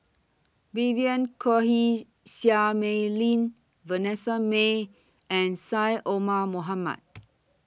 Vivien Quahe Seah Mei Lin Vanessa Mae and Syed Omar Mohamed